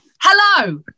hello